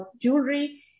jewelry